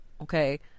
okay